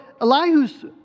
Elihu's